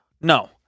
No